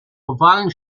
ovalen